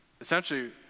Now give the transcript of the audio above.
Essentially